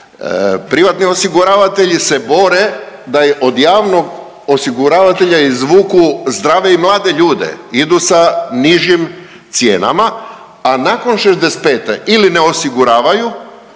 Privatni osiguravatelji se bore da od javnog osiguravatelja izvuku zdrave i mlade ljude, idu sa nižim cijenama, a nakon 65 ili ne osiguravaju